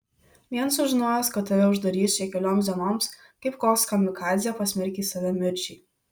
vien sužinojęs kad tave uždarys čia kelioms dienoms kaip koks kamikadzė pasmerkei save mirčiai